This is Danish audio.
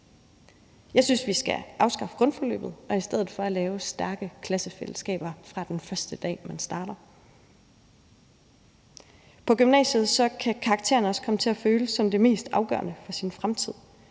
Jeg synes, vi skal afskaffe grundforløbet og i stedet for lave stærke klassefællesskaber fra den første dag, man starter. På gymnasiet kan karaktererne også komme til at føles som det mest afgørende for ens fremtid,